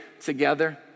together